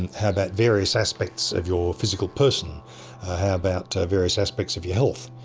how about various aspects of your physical person? how about various aspects of your health?